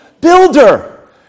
builder